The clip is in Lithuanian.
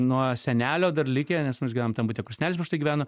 nuo senelio dar likę nes mes gyvenom tam bute kur senelis prieš tai gyveno